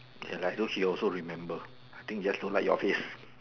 ya lah as though she also remember I think just don't like your face